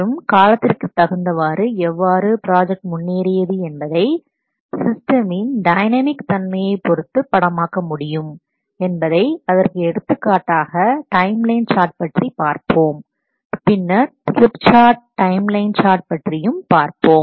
மற்றும் காலத்திற்கு தகுந்தவாறு எவ்வாறு பிராஜெக்ட் முன்னேறியது என்பதை சிஸ்டமின் டைனமிக் தன்மையைப் பொருத்து படமாக்க முடியும் என்பதை அதற்கு எடுத்துக்காட்டாக டைம் லைன் சார்ட் பற்றி பார்ப்போம் பின்னர் slip chart timeline chart பற்றியும் பார்ப்போம்